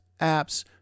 apps